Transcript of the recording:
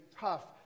tough